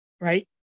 right